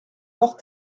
fort